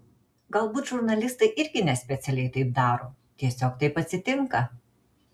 galbūt žurnalistai irgi nespecialiai taip daro tiesiog taip atsitinka